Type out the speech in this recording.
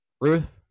Ruth